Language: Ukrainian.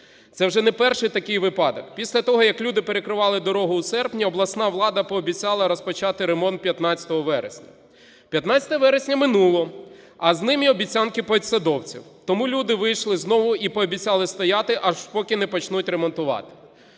Це вже не перший такий випадок. Після того, як люди перекривали дорогу у серпні, обласна влада пообіцяла розпочати ремонт 15 вересня. 15 вересня минуло, а з ним і обіцянки посадовців. Тому люди вийшли знову і пообіцяли стояти, аж поки не почнуть ремонтувати.